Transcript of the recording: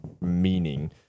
meaning